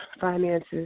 finances